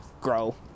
grow